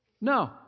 No